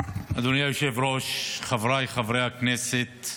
אדוני היושב-ראש, חבריי חברי הכנסת,